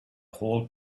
whole